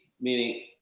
meaning